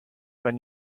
when